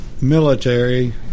military